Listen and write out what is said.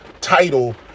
title